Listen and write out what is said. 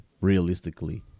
Realistically